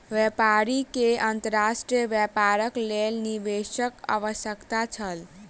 व्यापारी के अंतर्राष्ट्रीय व्यापारक लेल निवेशकक आवश्यकता छल